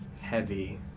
heavy